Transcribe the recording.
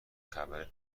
خبر